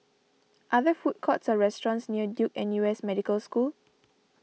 are there food courts or restaurants near Duke N U S Medical School